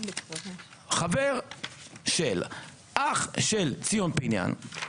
חבר של, אח שלך ציון פניאן.